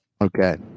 Okay